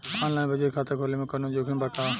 Online बचत खाता खोले में कवनो जोखिम बा का?